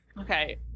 okay